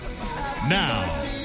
Now